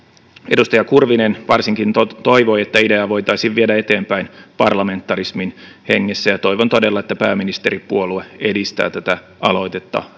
edustaja kurvinen varsinkin toivoi että ideaa voitaisiin viedä eteenpäin parlamentarismin hengessä ja toivon todella että pääministeripuolue edistää tätä aloitetta